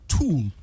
tool